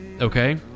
okay